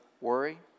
worry